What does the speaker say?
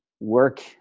work